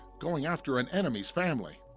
going after an enemy's family.